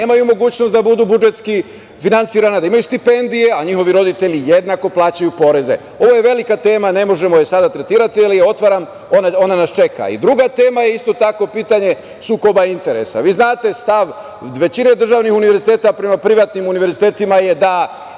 nemaju mogućnost da budu budžetski finansirani, da imaju stipendije, a njihovi roditelji jednako plaćaju poreze. Ovo je velika tema, ne možemo je sada tretirati, ali je otvaram, ona nas čeka. Druga tema je isto tako pitanje sukoba interesa. Vi znate stav većine državnih univerziteta prema privatnim univerzitetima, da